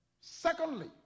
secondly